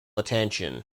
attention